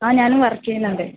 ആ ഞാനും വർക്ക് ചെയ്യുന്നുണ്ട്